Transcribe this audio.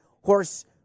horse